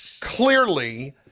clearly